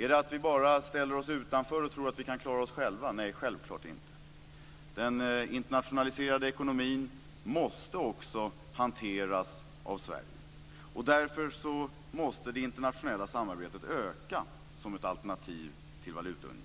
Är det att vi bara ställer oss utanför och tror att vi kan klara oss själva? Nej, självklart inte. Den internationaliserade ekonomin måste också hanteras av Sverige. Därför måste det internationella samarbetet öka som ett alternativ till valutaunionen.